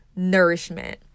nourishment